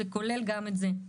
זה כולל גם את זה,